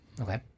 Okay